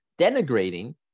denigrating